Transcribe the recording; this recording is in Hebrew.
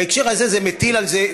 בהקשר הזה זה מטיל על זה,